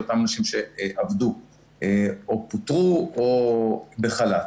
לאותם אנשים שעבדו או פוטרו או בחל"ת.